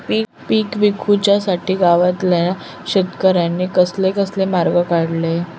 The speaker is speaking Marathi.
पीक विकुच्यासाठी गावातल्या शेतकऱ्यांनी कसले कसले मार्ग काढले?